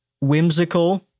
whimsical